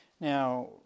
Now